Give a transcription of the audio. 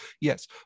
Yes